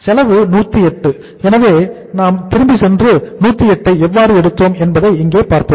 செலவு 108 எனவே நாம் திரும்பிச் சென்று 108 ஐ எவ்வாறு எடுத்தோம் என்பதை இங்கே பார்ப்போம்